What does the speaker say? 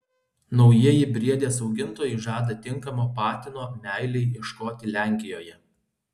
naujieji briedės augintojai žada tinkamo patino meilei ieškoti lenkijoje